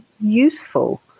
useful